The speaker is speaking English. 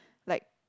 like